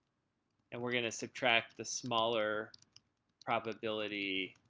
and we're going to subtract the smaller probability